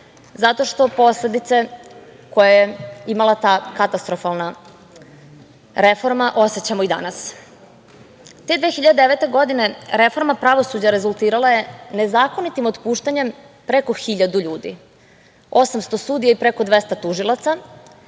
zato što posledice koje je imala ta katastrofalna reforma osećamo i danas. Te 2009. godine reforma pravosuđa rezultirala je nezakonitim otpuštanjem preko hiljadu ljudi, 800 sudija i preko 200 tužilaca,